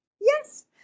Yes